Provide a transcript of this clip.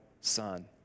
son